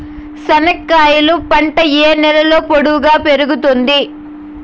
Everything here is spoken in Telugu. చెనక్కాయలు పంట ఏ నేలలో పొడువుగా పెరుగుతుంది?